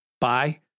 Bye